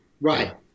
Right